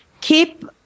keep